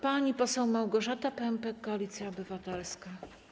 Pani poseł Małgorzata Pępek, Koalicja Obywatelska.